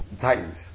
Titans